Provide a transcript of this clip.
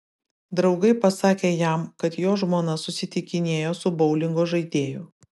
draugai pasakė jam kad jo žmona susitikinėjo su boulingo žaidėju